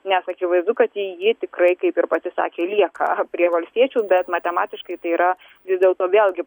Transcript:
nes akivaizdu kad i ji tikrai kaip ir pati sakė lieka prie valstiečių bet matematiškai tai yra vis dėlto vėlgi